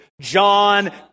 John